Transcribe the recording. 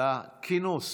על הכינוס